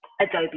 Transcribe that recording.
Adobe